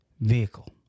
vehicle